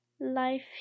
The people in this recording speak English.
life